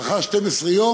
לאחר 12 יום,